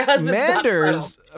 Manders